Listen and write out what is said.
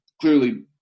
clearly